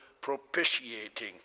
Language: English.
propitiating